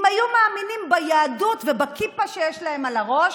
אם היו מאמינים ביהדות ובכיפה שיש להם על הראש,